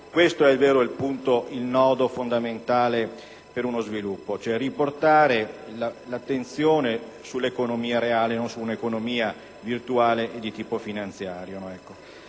questo è il nodo fondamentale per lo sviluppo: riportare l'attenzione sull'economia reale, non su un'economia virtuale e di tipo finanziario.